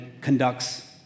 conducts